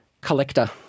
collector